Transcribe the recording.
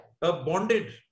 bonded